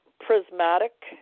prismatic